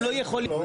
הכול היה מתוכנן.